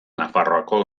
nafarroako